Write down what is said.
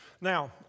Now